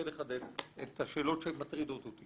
לחדד את השאלות שמטרידות אותי.